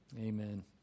Amen